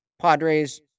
Padres